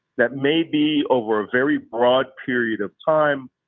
that may be over a very broad period of time,